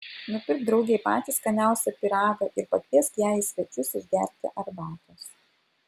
nupirk draugei patį skaniausią pyragą ir pakviesk ją į svečius išgerti arbatos